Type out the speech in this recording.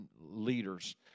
leaders